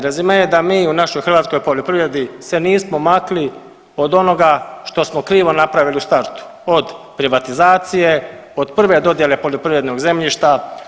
Rezime je da mi u našoj hrvatskoj poljoprivredi se nismo makli od onoga što smo krivo napravili u startu, od privatizacije, od prve dodjele poljoprivrednog zemljišta.